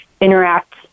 interact